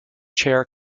chair